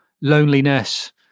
loneliness